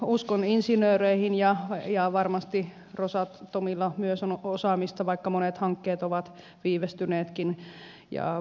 uskon insinööreihin ja varmasti rosatomilla myös on osaamista vaikka monet hankkeet ovat viivästyneetkin